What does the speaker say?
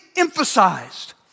emphasized